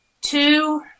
two